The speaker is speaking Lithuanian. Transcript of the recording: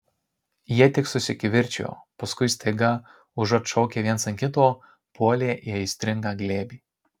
jie tik susikivirčijo paskui staiga užuot šaukę vienas ant kito puolė į aistringą glėbį